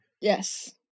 Yes